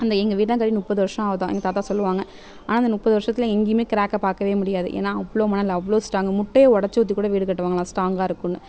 அந்த எங்கள் வீட்டை கட்டி முப்பது வருஷம் ஆகுதாம் எங்கள் தாத்தா சொல்லுவாங்க ஆனால் இந்த முப்பது வருஷத்துல எங்கேயுமே கிராக்கை பார்க்கவே முடியாது ஏன்னால் அவ்வளோ மணல் அவ்வளோ ஸ்ட்ராங்கு முட்டையை உடைச்சி ஊற்றி கூட வீடு காட்டுவாங்களாம் ஸ்ட்ராங்காக இருக்கும்ன்னு